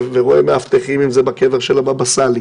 ורואה מאבטחים אם זה בקבר של הבבא סאלי